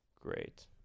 Great